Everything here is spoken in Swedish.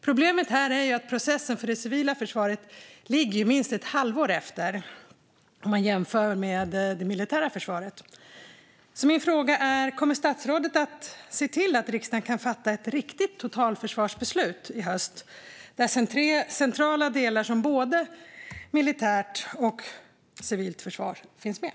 Problemet är att processen för det civila försvaret ligger minst ett halvår efter, om man jämför med för det militära försvaret. Kommer statsrådet att se till att riksdagen i höst kan fatta ett riktigt totalförsvarsbeslut där centrala delar som både militärt och civilt försvar finns med?